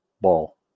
Ball